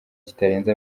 kitarenze